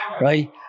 right